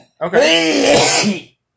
Okay